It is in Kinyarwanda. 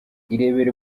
irebere